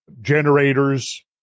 generators